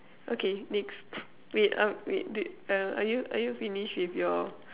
okay next wait uh wait uh are you are you finished with your